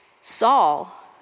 Saul